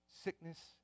Sickness